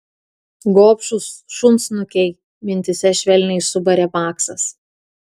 gobšūs šunsnukiai mintyse švelniai subarė maksas